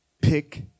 pick